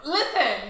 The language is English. Listen